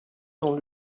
dans